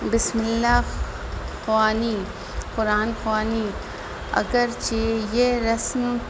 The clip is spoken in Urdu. بسم اللہ خوانی قرآن خوانی اگرچہ یہ رسم